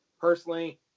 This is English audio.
personally